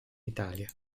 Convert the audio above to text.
italia